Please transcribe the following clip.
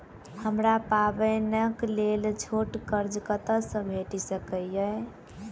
हमरा पाबैनक लेल छोट कर्ज कतऽ सँ भेटि सकैये?